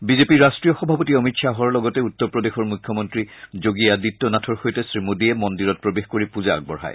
বিজেপিৰ ৰাষ্ট্ৰীয় সভাপতি অমিত শ্বাহৰ লগতে উত্তৰ প্ৰদেশৰ মুখ্যমন্ত্ৰী যোগী আদিত্য নাথৰ সৈতে শ্ৰীমোদীয়ে মন্দিৰত প্ৰৱেশ কৰি পূজা আগবঢ়ায়